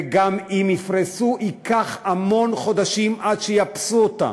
וגם אם יפרסו ייקח המון חודשים עד שיאפסו אותה.